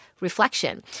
reflection